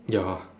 ya